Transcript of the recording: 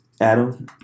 Adam